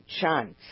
chance